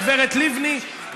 הגברת לבני,